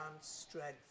strength